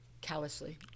callously